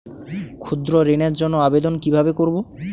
ক্ষুদ্র ঋণের জন্য আবেদন কিভাবে করব?